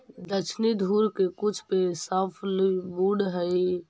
दक्षिणी ध्रुव के कुछ पेड़ सॉफ्टवुड हइ